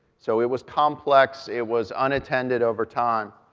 so it was complex, it was unattended over time,